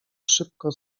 szybko